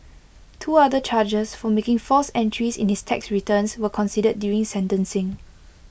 two other charges for making false entries in his tax returns were considered during sentencing